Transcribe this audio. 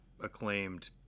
acclaimed